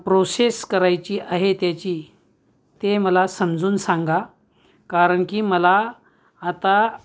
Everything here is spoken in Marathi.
प्रोसेस करायची आहे त्याची ते मला समजून सांगा कारण की मला आता